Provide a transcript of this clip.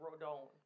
Rodon